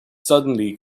suddenly